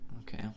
Okay